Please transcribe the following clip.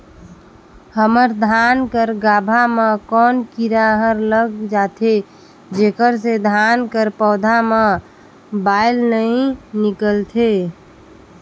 हमर धान कर गाभा म कौन कीरा हर लग जाथे जेकर से धान कर पौधा म बाएल नइ निकलथे?